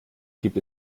gibt